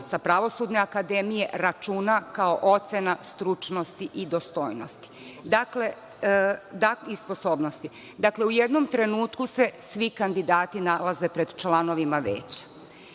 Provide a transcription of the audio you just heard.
sa pravosudne akademije računa kao ocena stručnosti i dostojnosti. Dakle, u jednom trenutku se svi kandidati nalaze pred članovima veća.